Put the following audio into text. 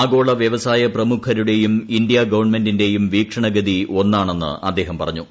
ആഗ്ഗോള വ്യവസായ പ്രമുഖരുടേയും ഇന്ത്യാ ഗവൺമെന്റിന്റെയും വീക്ഷണഗതി ഒന്നാണെന്ന് അദ്ദേഹം പറഞ്ഞു